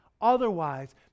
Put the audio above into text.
Otherwise